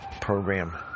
program